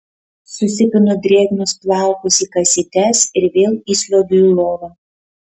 susipinu drėgnus plaukus į kasytes ir vėl įsliuogiu į lovą